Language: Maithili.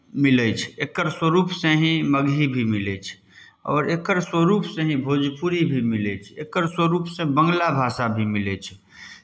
मिलै छै एकर स्वरूपसँ ही मगही भी मिलै छै आओर एकर स्वरूपसँ ही भोजपुरी भी मिलै छै एकर स्वरूपसँ बङ्गला भाषा भी मिलै छै